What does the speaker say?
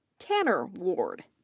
tanner ward,